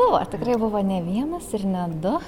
buvo tikrai buvo ne vienas ir ne du